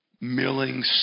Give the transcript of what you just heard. milling